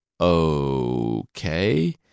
Okay